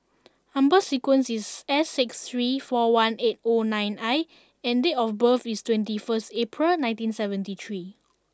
number sequence is S six three four one eight O nine I and date of birth is twenty first April nineteen seventy three